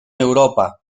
europa